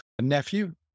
nephew